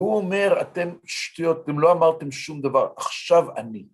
הוא אומר, אתם שטויות, אתם לא אמרתם שום דבר, עכשיו אני.